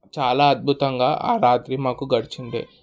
చాలా అద్భుతంగా ఆ రాత్రి మాకు గడిచింది